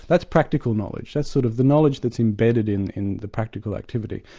that's practical knowledge, that's sort of the knowledge that's embedded in in the practical activity.